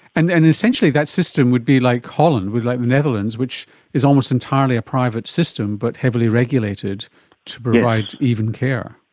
and and essentially that system would be like holland, like the netherlands, which is almost entirely a private system but heavily regulated to provide even care.